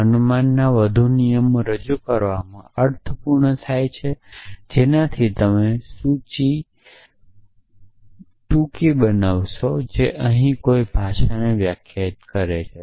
તેથી અનુમાનના વધુ નિયમો રજૂ કરવામાં અર્થપૂર્ણ થાય છે કે જેનાથી તમે સૂચિ ટૂંકી બનાવશો જે અહીં કોઈ ભાષાને વ્યાખ્યાયિત કરે છે